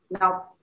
Now